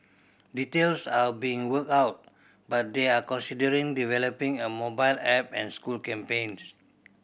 details are being worked out but they are considering developing a mobile app and school campaigns